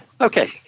okay